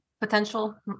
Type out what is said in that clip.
potential